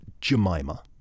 Jemima